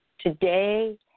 Today